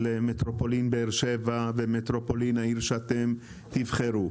מטרופולין באר שבע ומטרופולין העיר שאתם תבחרו.